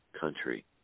country